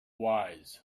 wise